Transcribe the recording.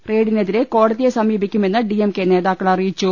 റെയ്ഡിനെതിരെ കോടതിയെ സമീപിക്കു മെന്ന് ഡി എം കെ നേതാക്കൾ അറിയിച്ചു